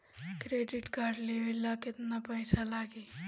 Credit card लेवे ला केतना पइसा लागी?